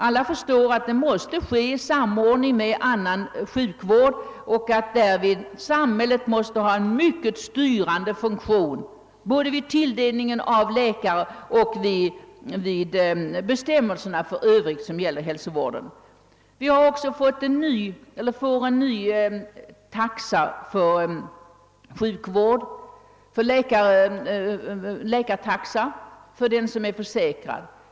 Alla förstår att en sådan sak måste ske i samordning med annan sjukvård och att samhället därvid måste utöva en styrande funktion i fråga om både tilldelningen av läkartjänster och de bestämmelser som gäller för hälsovården. En ny läkartaxa kommer att utfärdas för den som är sjukförsäkrad.